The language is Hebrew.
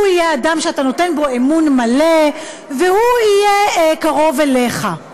הוא יהיה אדם שתיתן בו אמון מלא והוא יהיה קרוב אליך.